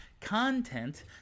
Content